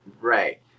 Right